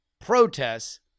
protests